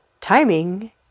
timing